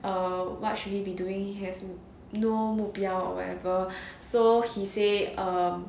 err what should he be doing he has no 目标 or whatever so he say um